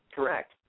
Correct